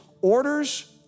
orders